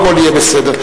הכול יהיה בסדר.